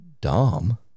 dom